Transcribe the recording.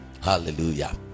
hallelujah